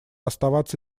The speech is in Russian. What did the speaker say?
оставаться